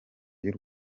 y’u